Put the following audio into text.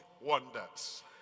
wonders